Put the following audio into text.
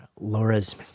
Laura's